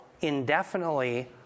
indefinitely